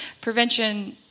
prevention